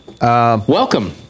Welcome